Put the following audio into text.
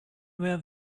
were